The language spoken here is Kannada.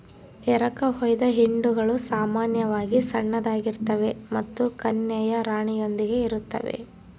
ಎರಕಹೊಯ್ದ ಹಿಂಡುಗಳು ಸಾಮಾನ್ಯವಾಗಿ ಸಣ್ಣದಾಗಿರ್ತವೆ ಮತ್ತು ಕನ್ಯೆಯ ರಾಣಿಯೊಂದಿಗೆ ಇರುತ್ತವೆ